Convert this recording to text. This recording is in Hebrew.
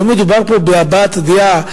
לא מדובר פה בהבעת דעה,